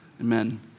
Amen